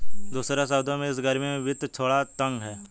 दूसरे शब्दों में, इस गर्मी में वित्त थोड़ा तंग है